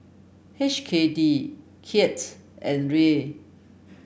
H K D Kyat and Riel